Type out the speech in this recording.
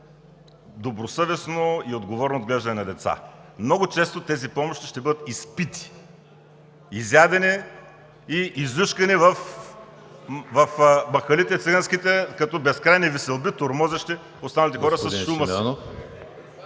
добросъвестно и отговорно отглеждане на деца. Много често тези помощи ще бъдат изпити, изядени и излюшкани в циганските махали като безкрайни веселби, тормозещи останалите хора с шума